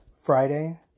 Friday